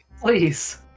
Please